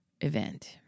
event